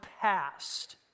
past